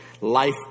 life